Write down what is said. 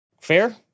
Fair